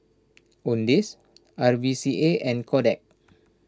Owndays R V C A and Kodak